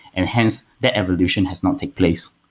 and hence, their evolution has not take place.